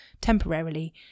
temporarily